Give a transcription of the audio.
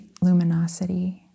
luminosity